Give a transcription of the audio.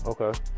Okay